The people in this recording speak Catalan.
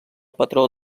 patró